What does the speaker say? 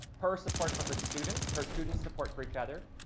her support for her students, her students' support for each other.